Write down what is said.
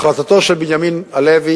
החלטתו של בנימין הלוי